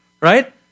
Right